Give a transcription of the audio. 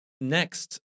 Next